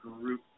group